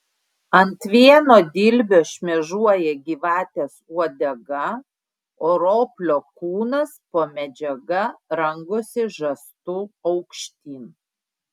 ant vieno dilbio šmėžuoja gyvatės uodega o roplio kūnas po medžiaga rangosi žastu aukštyn